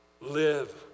live